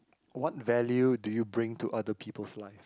what value do you bring to other people's life